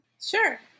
Sure